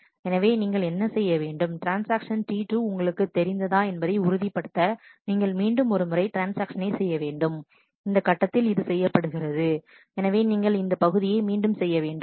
எனவே நீங்கள் என்ன செய்ய வேண்டும் ட்ரான்ஸ்ஆக்ஷன் T2 உங்களுக்குத் தெரிந்ததா என்பதை உறுதிப்படுத்த நீங்கள் மீண்டும் ஒரு முறை ட்ரான்ஸ்ஆக்ஷனை செய்ய வேண்டும் இந்த கட்டத்தில் இது செய்யப்படுகிறது எனவே நீங்கள் இந்த பகுதியை மீண்டும் செய்ய வேண்டும்